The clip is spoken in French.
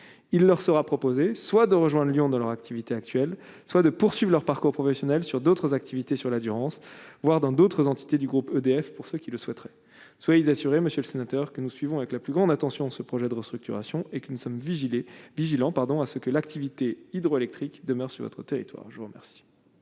il leur sera proposé soit de rejoindre à Lyon de leur activité actuelle soit de poursuivent leur parcours professionnel, sur d'autres activités sur la Durance voir dans d'autres entités du groupe EDF, pour ceux qui le souhaiteraient, soit ils assuré, Monsieur le Sénateur, que nous suivons avec la plus grande attention ce projet de restructuration et que nous sommes vigilants, vigilant, pardon à ceux que l'activité hydroélectrique demeurent sur votre territoire, je vous remercie.